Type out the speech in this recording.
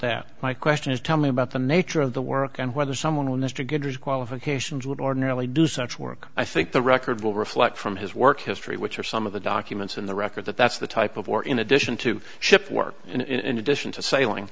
that my question is tell me about the nature of the work and whether someone with mr goodrich qualifications would ordinarily do such work i think the record will reflect from his work history which are some of the documents in the record that that's the type of war in addition to ship work in addition to sailing